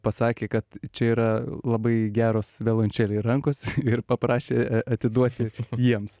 pasakė kad čia yra labai geros violončelei rankos ir paprašė atiduoti jiems